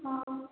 हाँ